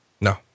No